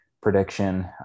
prediction